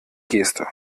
geste